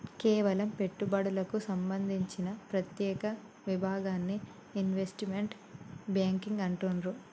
కేవలం పెట్టుబడులకు సంబంధించిన ప్రత్యేక విభాగాన్ని ఇన్వెస్ట్మెంట్ బ్యేంకింగ్ అంటుండ్రు